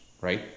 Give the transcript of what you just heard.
right